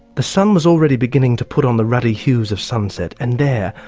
the sun was already beginning to put on the ruddy hues of sunset, and there,